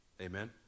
Amen